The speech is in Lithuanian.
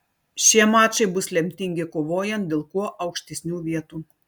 šie mačai bus lemtingi kovojant dėl kuo aukštesnių vietų